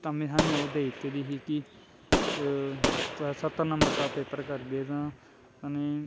ताह्म्मीं सानूं ओह् देई दित्ती दी ही कि स्हत्तर नंबर दा पेपर करगे तां